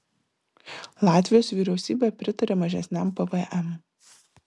latvijos vyriausybė pritarė mažesniam pvm